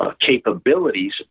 Capabilities